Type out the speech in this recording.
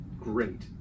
great